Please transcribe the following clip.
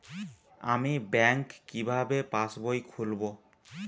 আমি ব্যাঙ্ক কিভাবে পাশবই খুলব?